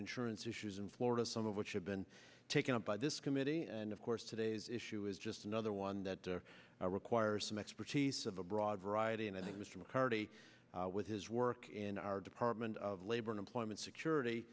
insurance issues in florida some of which have been taken up by this committee and of course today's issue is just another one that requires some expertise of a broad variety and i think mr mccarthy with his work in our department of labor and employment security